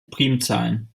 primzahlen